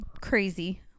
Crazy